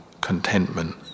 contentment